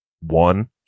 one